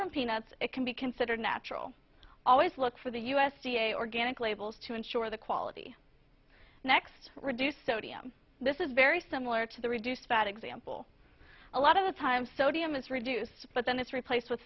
from peanuts it can be considered natural always look for the u s d a organic labels to ensure the quality next reduce sodium this is very similar to the reduced fat example a lot of the time sodium is reduced but then it's replaced with